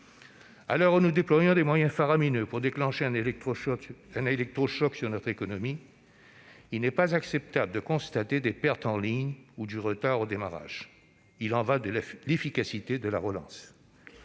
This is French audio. où nous déployons des moyens faramineux pour déclencher un électrochoc sur notre économie, il n'est pas acceptable de constater des pertes en ligne ou du retard au démarrage. Il y va de l'efficacité de la relance.